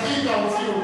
קדימה, הוציאו.